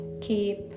keep